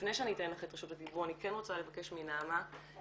לפני שאתן לך את רשות הדיבור אני רוצה לבקש מנעמה מ"סלעית"